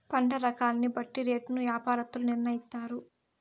పంట రకాన్ని బట్టి రేటును యాపారత్తులు నిర్ణయిత్తారు